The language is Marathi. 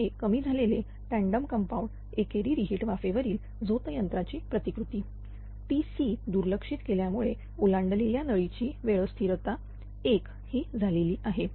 तर हे कमी झालेले टँडम कंपाऊंड एकेरी रि हीट वाफेवरील झोत यंत्राची प्रतिकृती Tc दुर्लक्षित केल्यामुळे ओलांडलेल्या नळीची वेळ स्थिरता 1 हे झालेली आहे